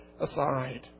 aside